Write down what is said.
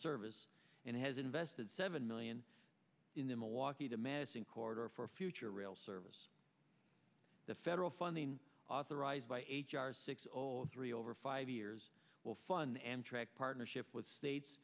service and has invested seven million in the milwaukee to madison corridor for future rail service the federal funding authorized by h r six o three over five years will fund amtrak partnership with states